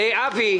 במאי.